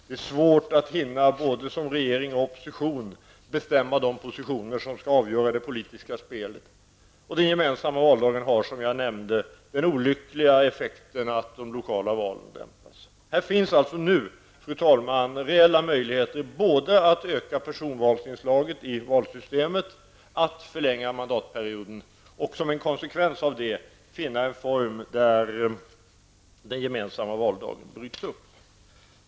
Det är svårt för både regering och opposition att bestämma de positioner som skall avgöra det politiska spelet. Den gemensamma valdagen har, som jag nämnde, den olyckliga effekten att intresset för de lokala valen dämpas. Här finns alltså nu, fru talman, reella möjligheter både att öka personvalsinslaget i valsystemet och att förlänga mandatperioden och som en konsekvens av det finna en form där den gemensamma valdagen bryts upp.